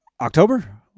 October